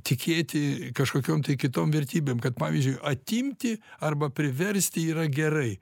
tikėti kažkokiom kitom vertybėm kad pavyzdžiui atimti arba priversti yra gerai